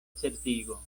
certigo